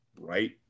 Right